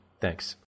Thanks